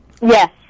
Yes